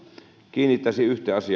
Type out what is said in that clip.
kiinnittäisin